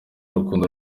rukundo